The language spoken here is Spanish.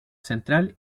central